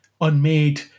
unmade